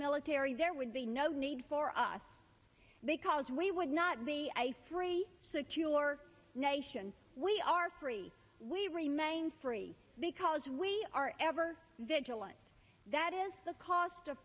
military there would be no need for us because we would not be a free secure nation we are free we remain free because we are ever vigilant that is the cost of